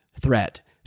threat